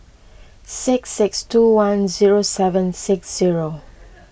six six two one zero seven six zero